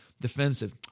defensive